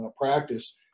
practice